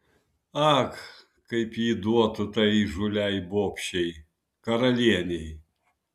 ak kaip ji duotų tai įžūliai bobšei karalienei